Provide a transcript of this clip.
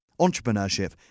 entrepreneurship